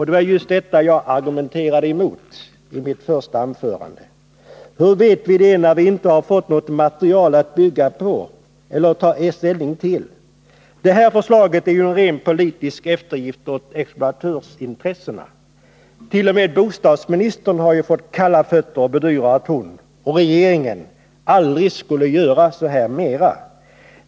Det var just detta jag argumenterade emot i mitt första anförande. Hur vet vi det, när vi inte fått något material att bygga på eller ta ställning till? Förslaget är ju en rent politisk eftergift åt exploatörsintressena. T. o. m. bostadsministern har ju fått kalla fötter och bedyrar att hon och regeringen aldrig skulle göra så här mer.